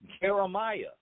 Jeremiah